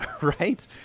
right